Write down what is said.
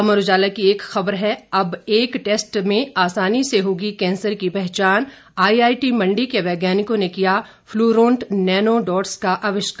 अमर उजाला की एक ख़बर है अब एक टेस्ट में आसानी से होगी कैंसर की पहचान आईआईटी मंडी के वैज्ञानिकों ने किया फ्लूरोंट नैनोडॉट्स का आविष्कार